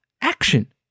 action